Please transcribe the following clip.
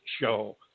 Show